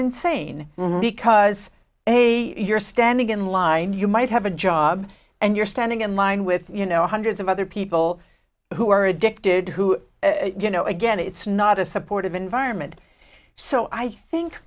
insane because hey you're standing in line you might have a job and you're standing in line with you know hundreds of other people who are addicted who you know again it's not a supportive environment so i think